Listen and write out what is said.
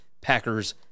Packers